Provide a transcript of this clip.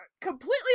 completely